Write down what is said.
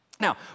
Now